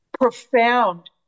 profound